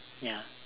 ya